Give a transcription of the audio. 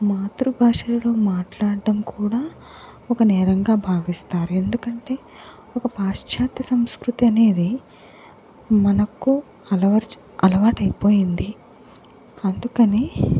మాతృభాషలో మాట్లాడటం కూడా ఒక నేరంగా భావిస్తారు ఎందుకంటే ఒక పాశ్చాత్య సంస్కృతి అనేది మనకు అలవర్ అలవాటు అయిపోయింది అందుకని